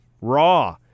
Raw